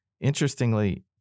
interestingly